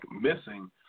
missing